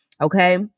Okay